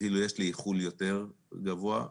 יש לי אפילו איחול גבוה יותר,